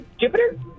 Jupiter